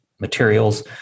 materials